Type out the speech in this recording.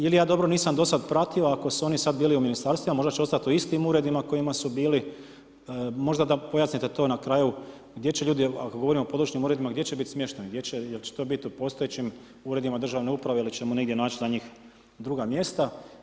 Ili će, ili ja do sada nisam dobro pratio, ako su oni bili do sada u ministarstvima, možda će ostati u istim uredima u kojima su bili, možda da pojasnite to na kraju, gdje će ljudi, ako govorimo o područnim uredima, gdje će biti smješteni, gdje će, jel će to biti u postojećim uredima državne uprave, ili ćemo negdje naći na njih druga mjesta.